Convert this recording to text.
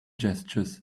gestures